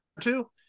two